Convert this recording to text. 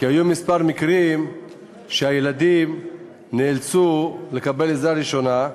כי היו כמה מקרים שילדים נאלצו לקבל עזרה ראשונה,